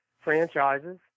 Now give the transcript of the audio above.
franchises